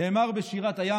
נאמר בשירת הים,